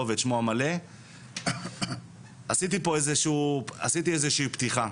עשיתי איזו שהיא פתיחה.